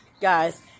Guys